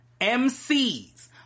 MCs